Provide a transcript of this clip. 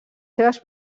seves